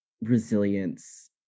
resilience